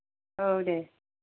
औ दे